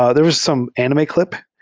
ah there was some anime clip,